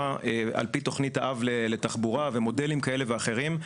על פי תכנית האב לתחבורה ומודלים כאלה ואחרים,